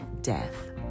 death